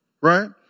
Right